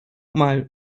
mal